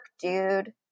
dude